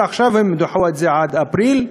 ועכשיו הם דחו את זה עד אפריל.